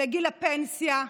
לגיל הפנסיה,